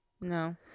No